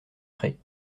prés